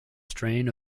strain